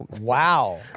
Wow